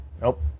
Nope